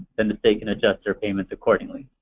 then the state can adjust their payments accordingly.